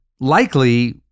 likely